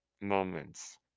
moments